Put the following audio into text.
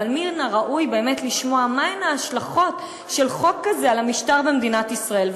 אבל מן הראוי לשמוע מה ההשלכות של חוק כזה על המשטר במדינת ישראל.